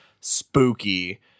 spooky